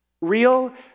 real